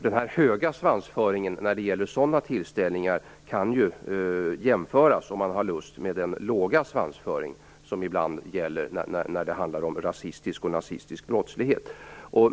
Den höga svansföringen när det gäller sådana tillställningar kan ju, om man har lust, jämföras med den låga svansföring som ibland gäller när det handlar om rasistisk och nazistisk brottslighet.